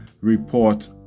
report